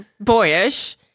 boyish